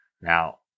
Now